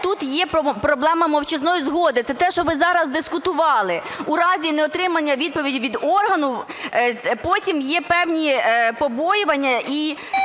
тут є проблема "мовчазної згоди", це те, що ви зараз дискутували. У разі неотримання відповіді від органу потім є певні побоювання і